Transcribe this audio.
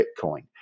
Bitcoin